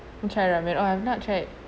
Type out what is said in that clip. tried on it um I have not tried